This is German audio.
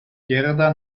gerda